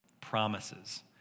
promises